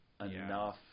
enough